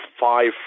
five